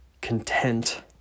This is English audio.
content